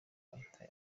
ahita